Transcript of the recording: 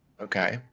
Okay